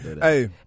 Hey